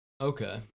Okay